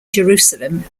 jerusalem